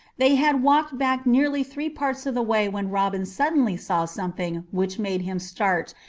they had walked back nearly three parts of the way when robin suddenly saw something which made him start,